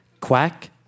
Quack